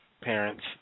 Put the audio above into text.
parents